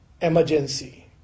emergency